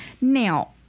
now